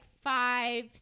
five